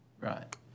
Right